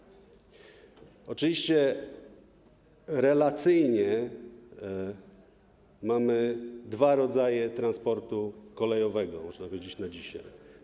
Oczywiście relacyjnie mamy dwa rodzaje transportu kolejowego, można powiedzieć na dzisiaj.